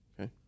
Okay